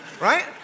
right